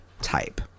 type